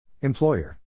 Employer